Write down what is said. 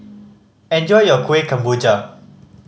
enjoy your Kueh Kemboja